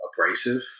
abrasive